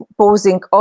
posing